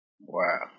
wow